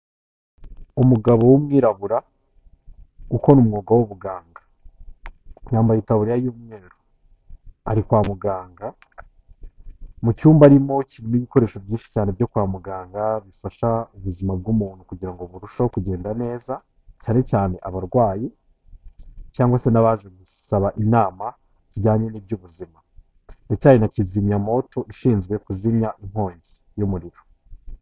Umugabo w'umwirabura ukora umwuga w'ubuganga. Yambaye itaburiya y'umweru. Ari kwa muganga, mu cyumba arimo kirimo ibikoresho byinshi cyane byo kwa muganga bifasha ubuzima bw'umuntu kugira burusheho kugenda neza, cyane cyane abarwayi, cyangwa se n'abaje gusaba inama zijyanye n'iby'ubuzima. Ndetse hari na kizimyamwoto ishinzwe kuzimya inkongi y'umuriro.